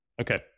okay